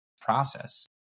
process